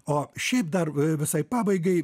o šiaip dar visai pabaigai